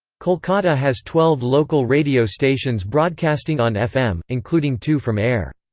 kolkata has twelve local radio stations broadcasting on fm, including two from air.